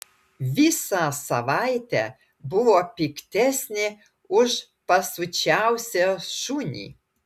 visą savaitę buvo piktesnė už pasiučiausią šunį